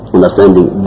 Understanding